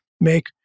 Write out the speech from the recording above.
make